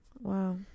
Wow